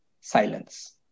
silence